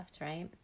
right